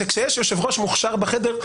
שכשיש יושב-ראש מוכשר בחדר,